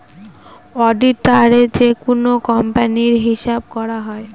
অডিটারে যেকোনো কোম্পানির হিসাব করা হয়